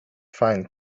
find